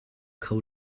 kho